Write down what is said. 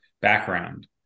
background